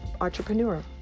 entrepreneur